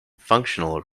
functional